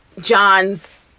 John's